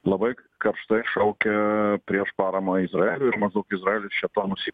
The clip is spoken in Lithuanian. labai karštai šaukia prieš paramą izraeliui ir maždaug izraelis čia to nusip